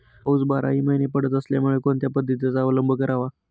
पाऊस बाराही महिने पडत असल्यामुळे कोणत्या पद्धतीचा अवलंब करावा?